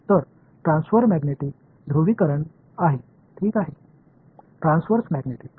तर transverse magnetic ध्रुवीकरण आहे ठीक आहे ट्रान्सव्हर्स मॅग्नेटिक